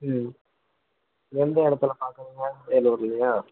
ம் எந்த இடத்துல பார்க்குறீங்க வேலுார்லேயா